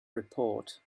report